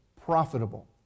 profitable